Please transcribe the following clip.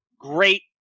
great